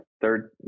third